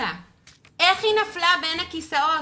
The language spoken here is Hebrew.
איך היא נפלה בין הכיסאות?